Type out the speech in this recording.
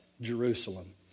Jerusalem